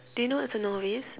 do you know what's a novice